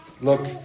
look